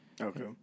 okay